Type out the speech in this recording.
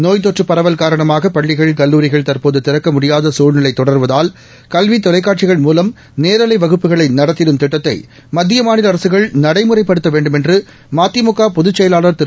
நோய் தொற்று பரவல் காரணமாக பள்ளிகள் கல்லூரிகள் தற்போது திறக்க முடியாத சூழ்நிலை தொடர்வதால் கல்வி தொலைக்காட்சிகள் மூலம் நேரலை வகுப்புகளை நடத்திடும் திட்டத்தை மத்திய மாநில அரசுகள் நடைமுறைப்படுத்த வேண்டுமென்று மதிமுக பொதுச்செயலாளர் திரு